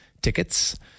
tickets